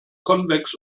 convex